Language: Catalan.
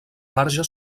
marge